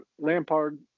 Lampard